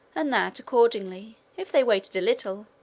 and that, accordingly, if they waited a little,